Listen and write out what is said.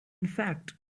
fact